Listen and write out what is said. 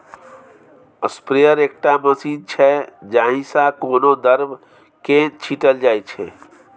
sprayer एकटा machine छै जाहि सँ कोनो द्रब केँ छीटल जाइ छै